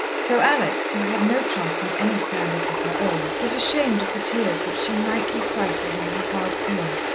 so alex, who had no trust in any standards of her own, was ashamed of the tears which she nightly stifled in her hard pillow,